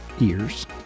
ears